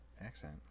accent